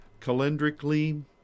calendrically